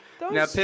Now